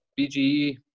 BGE